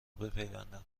بپیوندم